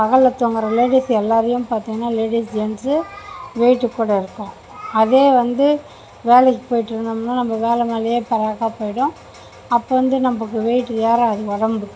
பகலில் தூங்கிற லேடிஸ் எல்லாரையும் பார்த்திங்கனா லேடிஸ் ஜெண்ட்ஸு வெயிட்டு கூட இருக்கும் அதே வந்து வேலைக்கு போயிட்யிருந்தம்னா நம்ப வேலை மேலேயே பராக்காக போய்விடும் அப்போ வந்து நம்பக்கு வெயிட் ஏறாது உடம்பு